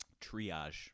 triage